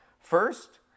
First